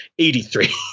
83